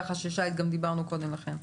שי, גם דיברנו קודם לכן.